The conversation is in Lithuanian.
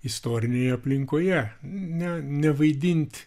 istorinėje aplinkoje ne nevaidint